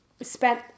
spent